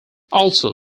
also